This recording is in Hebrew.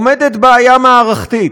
עומדת בעיה מערכתית.